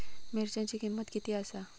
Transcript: मिरच्यांची किंमत किती आसा?